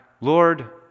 Lord